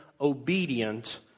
obedient